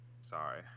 Sorry